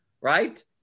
right